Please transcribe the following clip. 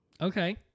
okay